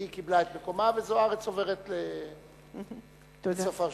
היא קיבלה את מקומה, וזוארץ עוברת לסוף הרשימה.